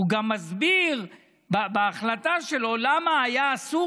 הוא גם מסביר בהחלטה שלו למה היה אסור